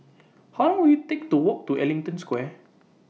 How Long Will IT Take to Walk to Ellington Square